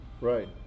Right